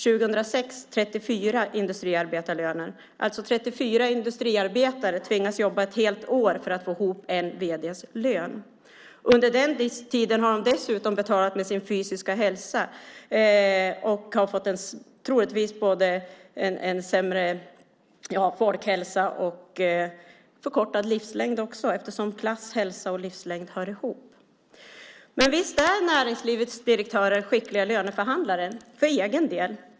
2006 var det 34 industriarbetarlöner. 34 industriarbetare tvingas alltså jobba ett helt år för att få ihop en vd-lön. Under den tiden har de dessutom betalat med sin fysiska hälsa. De har troligtvis fått både försämrad hälsa och förkortad livslängd eftersom klass, hälsa och livslängd hör ihop. Visst är näringslivets direktörer skickliga löneförhandlare - för egen del.